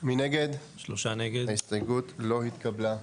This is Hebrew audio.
1 נגד, 3 נמנעים, 0 ההסתייגות לא התקבלה.